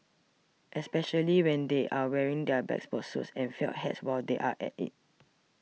especially when they are wearing their bespoke suits and felt hats while they are at it